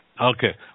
Okay